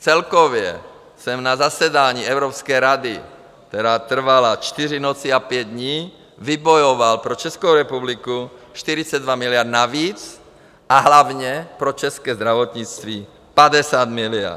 Celkově jsem na zasedání Evropské rady, která trvala čtyři noci a pět dní, vybojoval pro Českou republiku 42 miliard navíc a hlavně pro české zdravotnictví 50 miliard.